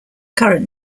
current